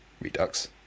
redux